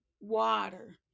water